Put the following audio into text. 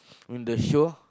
ruin the show